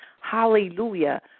Hallelujah